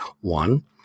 One